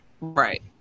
Right